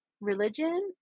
religion